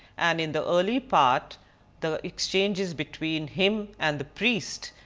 and in the early part the exchanges between him and the priest.